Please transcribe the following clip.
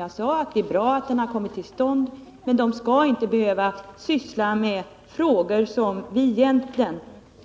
Jag sade att det är bra att utredningen kommer till stånd, men den skall inte behöva syssla med sådant som vi egentligen